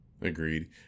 agreed